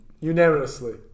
Unanimously